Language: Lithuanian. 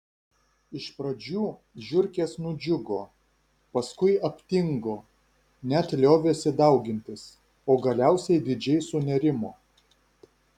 iš pradžių žiurkės nudžiugo paskui aptingo net liovėsi daugintis o galiausiai didžiai sunerimo